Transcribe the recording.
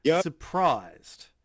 surprised